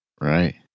Right